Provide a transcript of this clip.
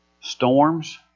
Storms